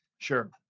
Sure